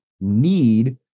need